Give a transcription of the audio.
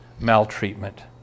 maltreatment